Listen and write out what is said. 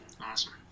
Awesome